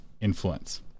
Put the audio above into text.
influence